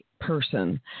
Person